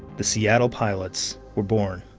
the seattle pilots were born.